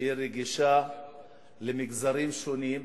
שהיא רגישה למגזרים שונים,